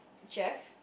Jeff